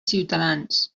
ciutadans